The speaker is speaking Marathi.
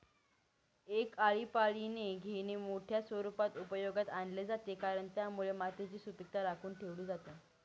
एक आळीपाळीने घेणे मोठ्या स्वरूपात उपयोगात आणले जाते, कारण त्यामुळे मातीची सुपीकता राखून ठेवली जाते